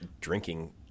drinking